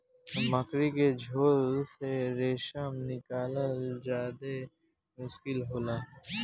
मकड़ी के झोल से रेशम निकालल ज्यादे मुश्किल होखेला